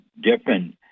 different